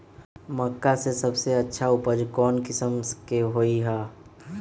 मक्का के सबसे अच्छा उपज कौन किस्म के होअ ह?